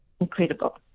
incredible